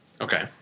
Okay